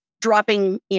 dropping